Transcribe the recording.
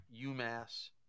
UMass